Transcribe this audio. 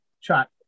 chat